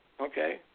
Okay